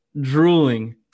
drooling